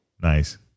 Nice